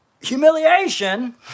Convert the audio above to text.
humiliation